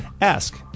ask